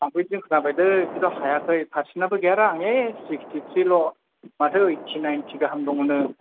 आंबो इसे खोनाबायलै खिन्थु हायाखै फारसेनाबो गैयाब्रा आंनि सिक्सथि थ्रि ल' माथो ओइथि नाइनथि गाहाम दङनो